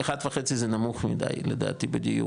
אחד וחצי זה נמוך מידי בדיור,